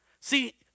See